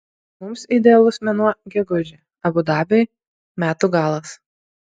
mums idealus mėnuo gegužė abu dabiui metų galas